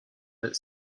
but